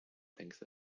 thinks